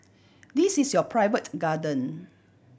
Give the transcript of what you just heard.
this is your private garden